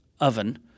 oven